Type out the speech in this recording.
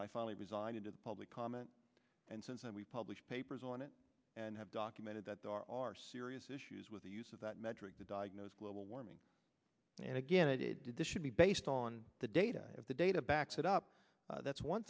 then i finally resigned into the public comment and since then we publish papers on it and have documented that there are serious issues with the use of that metric to diagnose global warming and again i did this should be based on the data i have the data backs it up that's one